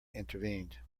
intervened